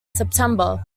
september